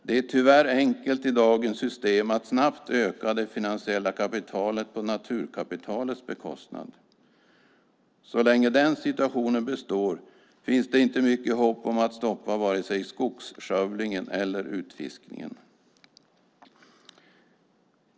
Det är tyvärr enkelt i dagens system att snabbt öka det finansiella kapitalet på naturkapitalets bekostnad. Så länge den situationen består finns det inte mycket hopp om att stoppa vare sig skogsskövlingen eller utfiskningen.